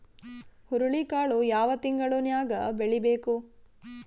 ಹುರುಳಿಕಾಳು ಯಾವ ತಿಂಗಳು ನ್ಯಾಗ್ ಬೆಳಿಬೇಕು?